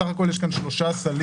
בסך הכול יש פה שלושה סלים,